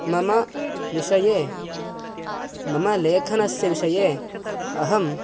मम विषये मम लेखनस्य विषये अहम्